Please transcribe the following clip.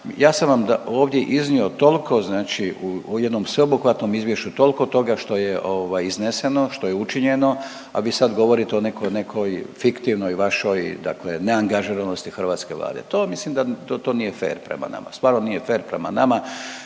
Ja sam vam ovdje iznio toliko znači u jednom sveobuhvatnom izvješću toliko toga što je ovaj izneseno što je učinjeno, a vi sad govorite o nekoj, nekoj, fiktivnoj vašoj dakle neangažiranosti hrvatske Vlade. To, mislim da to, to nije fer nama, stvarno nije fer prema nama.